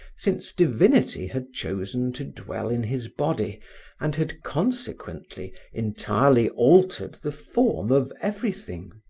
since divinity had chosen to dwell in his body and had consequently entirely altered the form of everything.